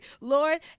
Lord